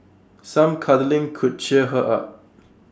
some cuddling could cheer her up